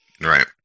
Right